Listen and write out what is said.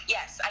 Yes